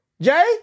Jay